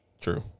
True